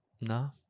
No